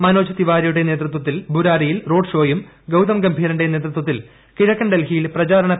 മനോജ് തിവാരിയുടെ നേതൃത്വത്തിൽ ബുരാരിയിൽ റോഡ്ഷോയും ഗൌതം ഗംഭീറിന്റെ നേതൃത്വത്തിൽ കിഴക്കൻ ഡെൽഹിയിൽ പ്രചാരണ പരിപാടികളും നടന്നു